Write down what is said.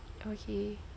okay